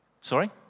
Sorry